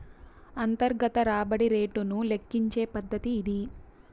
అంతర్గత రాబడి రేటును లెక్కించే పద్దతి ఇది